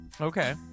okay